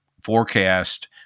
forecast